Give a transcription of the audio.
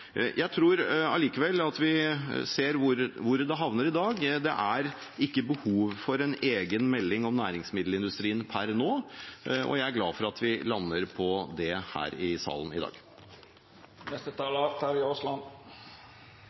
Jeg tror allikevel vi ser hvor det havner i dag. Det er ikke behov for en egen melding om næringsmiddelindustrien per nå, og jeg er glad for at vi lander på det her i salen i dag. Jeg synes – til siste taler